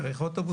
צריך אוטובוסים.